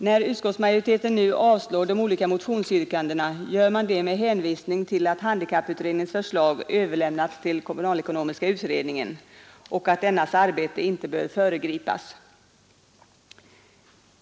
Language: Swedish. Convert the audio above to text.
När utskottsmajoriteten nu avstyrker de olika motionsyrkandena gör man det med hänvisning till att handikapputredningens förslag överlämnats till kommunalekonomiska utredningen och att dennas arbete inte bör föregripas.